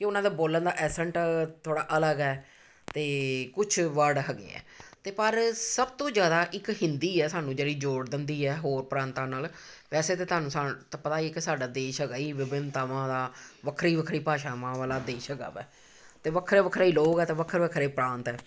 ਕਿ ਉਹਨਾਂ ਦਾ ਬੋਲਣ ਦਾ ਐਂਸਟ ਥੋੜ੍ਹਾ ਅਲੱਗ ਹੈ ਅਤੇ ਕੁਛ ਵਰਡ ਹੈਗੇ ਹੈ ਤੇ ਪਰ ਸਭ ਤੋਂ ਜ਼ਿਆਦਾ ਇੱਕ ਹਿੰਦੀ ਹੈ ਸਾਨੂੰ ਜਿਹੜੀ ਜੋੜ ਦਿੰਦੀ ਹੈ ਹੋਰ ਪ੍ਰਾਂਤਾਂ ਨਾਲ ਵੈਸੇ ਤਾਂ ਤੁਹਾਨੂੰ ਸਾਰ ਤਾਂ ਪਤਾ ਕਿ ਸਾਡਾ ਦੇਸ਼ ਹੈਗਾ ਹੀ ਵਿਭਿੰਨਤਾਵਾਂ ਦਾ ਵੱਖਰੀ ਵੱਖਰੀ ਭਾਸ਼ਾਵਾਂ ਵਾਲਾ ਦੇਸ਼ ਹੈਗਾ ਹੈ ਅਤੇ ਵੱਖਰੇ ਵੱਖਰੇ ਹੀ ਲੋਕ ਆ ਅਤੇ ਵੱਖਰੇ ਵੱਖਰੇ ਪ੍ਰਾਂਤ ਹੈ